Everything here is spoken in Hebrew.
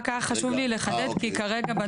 היה חשוב לי לחדד כי כרגע,